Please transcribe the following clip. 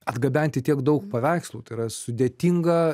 atgabenti tiek daug paveikslų tai yra sudėtinga